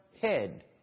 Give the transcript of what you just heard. head